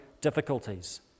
difficulties